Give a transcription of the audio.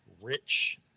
rich